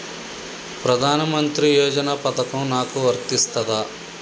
ప్రధానమంత్రి యోజన పథకం నాకు వర్తిస్తదా?